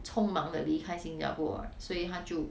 冲忙的离开新加坡 right 所以她就